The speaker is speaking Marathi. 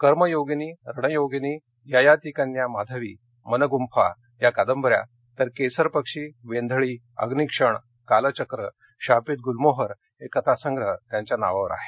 कर्मयोगिनी रणयोगिनी ययातिकन्या माधवी मनगुंफा या कादंबऱ्या तर केसरपक्षी वेंधळी अग्निक्षण कालचक्र शापित गुलमोहर हे कथासंग्रह त्यांच्या नावावर आहेत